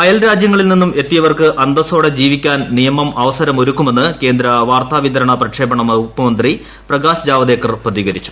അയൽരാജ്യങ്ങളിൽ നിന്നും എത്തിയവർക്ക് അന്തസ്സോടെ ജീവിക്കാൻ നിയമം അവസരമൊരുക്കുമെന്ന് കേന്ദ്ര വാർത്താ വിതരണ പ്രക്ഷേപണ വകുപ്പു മന്ത്രി പ്രകാശ് ജാവ്ദേക്കർ പ്രതികരിച്ചു